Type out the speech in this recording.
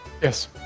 Yes